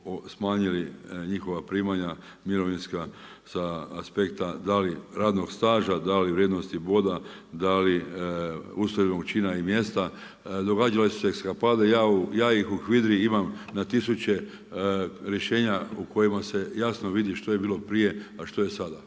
smanjili njihova primanja mirovinska sa aspekta da li radnog staža, da li vrijednosti boda, da li …/Govornik se ne razumije./… čina i mjesta. Događale su se eskapade. Ja ih u HVIDRA-i imam na tisuće rješenja u kojima se jasno vidi što je bilo prije a što je sada.